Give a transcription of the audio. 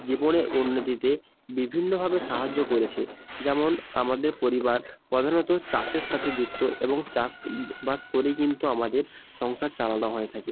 জীবনের উন্নতিতে বিভিন্নভাবে সাহায্য করেছে যেমন আমাদের পরিবার প্রধানত চাষের সাথে যুক্ত এবং চাষবাস করেই কিন্তু আমাদের সংসার চালানো হয়ে থাকে